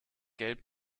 gelb